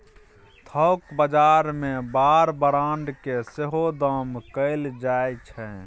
थोक बजार मे बार ब्रांड केँ सेहो दाम कएल जाइ छै